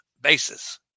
basis